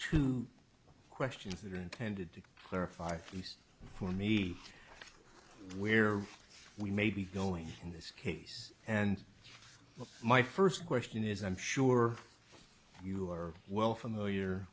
two questions that are intended to clarify feast for me where we may be going in this case and my first question is i'm sure you are well familiar